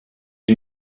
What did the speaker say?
die